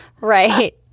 Right